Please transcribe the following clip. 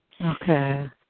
Okay